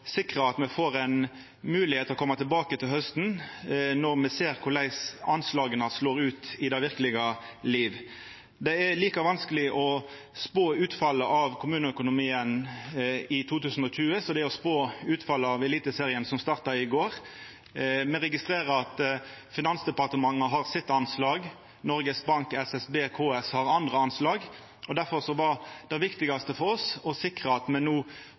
sikra at me får ein moglegheit til å koma tilbake til hausten, når me ser korleis anslaga slår ut i det verkelege livet. Det er like vanskeleg å spå utfallet av kommuneøkonomien i 2020 som det er å spå utfallet av Eliteserien, som starta i går. Me registrerer at Finansdepartementet har eitt anslag, Noregs Bank, SSB og KS har andre anslag. Difor var det viktigaste for oss å sikra at me no